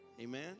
Amen